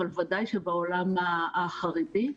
אבל בוודאי שבעולם החרדי,